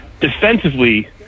defensively